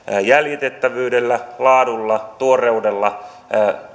jäljitettävyydellä laadulla tuoreudella